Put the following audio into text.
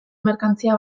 merkantzia